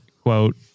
quote